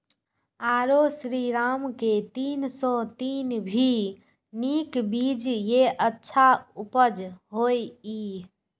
आरो श्रीराम के तीन सौ तीन भी नीक बीज ये अच्छा उपज होय इय?